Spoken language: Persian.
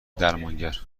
درمانگر